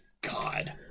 God